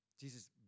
Jesus